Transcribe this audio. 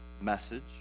message